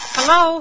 Hello